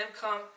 come